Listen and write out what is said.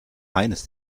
eines